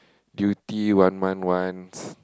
duty one month once